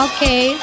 Okay